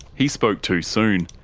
he spoke too soon.